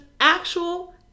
actual